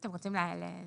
אתם רוצים להסביר?